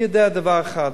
אני יודע דבר אחד: